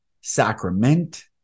Sacrament